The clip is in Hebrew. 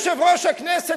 יושב-ראש הכנסת,